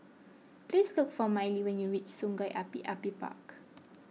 please look for Mylie when you reach Sungei Api Api Park